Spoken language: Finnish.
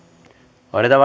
annetaan